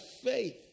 faith